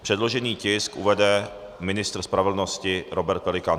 Předložený tisk uvede ministr spravedlnosti Robert Pelikán.